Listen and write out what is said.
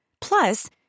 Plus